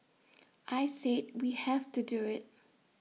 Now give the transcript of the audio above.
I said we have to do IT